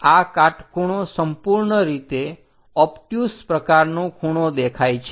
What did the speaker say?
આ કાટખૂણો સંપૂર્ણરીતે ઓબ્ટ્યુસ પ્રકારનો ખૂણો દેખાય છે